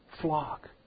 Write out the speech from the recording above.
flock